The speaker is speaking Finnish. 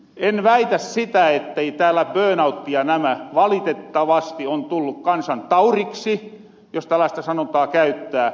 en väitä sitä ettei täällä burnoutti ja nämä valitettavasti oo tullu kansantauriksi jos tällasta sanontaa käyttää